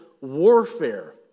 warfare